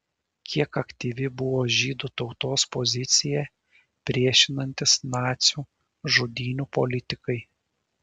kiek aktyvi buvo žydų tautos pozicija priešinantis nacių žudynių politikai